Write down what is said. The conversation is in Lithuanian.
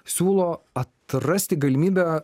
siūlo atrasti galimybę